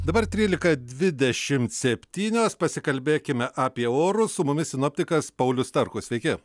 dabar trylika dvidešimt septynios pasikalbėkime apie orus su mumis sinoptikas paulius starkus sveiki